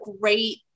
great